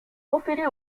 conféré